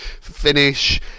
finish